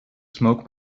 smoke